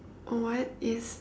what is